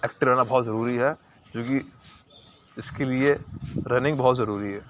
active رہنا بہت ضروری ہے کیونکہ اس کے لیے رننگ بہت ضروری ہے